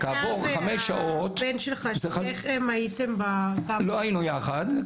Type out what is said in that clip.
אתה והבן שלך הייתם שניכם --- לא היינו יחד.